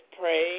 Pray